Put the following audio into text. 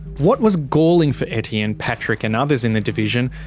what was galling for etienne, patrick and others in the division,